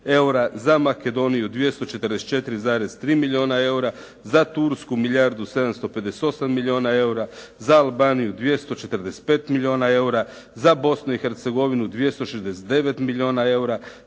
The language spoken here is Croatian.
za Makedoniju 244,3 milijuna eura, za Tursku milijardu 758 milijuna eura, za Albaniju 245 milijuna eura, za Bosnu i Hercegovinu 269 milijuna eura,